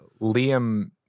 Liam